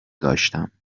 داشتم